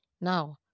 now